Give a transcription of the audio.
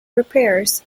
repairs